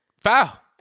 Foul